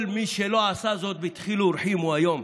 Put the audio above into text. כל מי שלא עשה זאת בדחילו ורחימו היום,